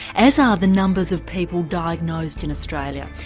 as are the numbers of people diagnosed in australia.